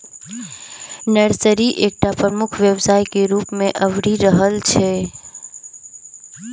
nursery एकटा प्रमुख व्यवसाय के रूप मे अभरि रहल छै